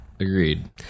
Agreed